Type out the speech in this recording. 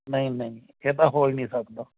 ਨਹੀਂ ਨਹੀਂ ਇਹ ਤਾਂ ਹੋ ਹੀ ਨਹੀਂ ਸਕਦਾ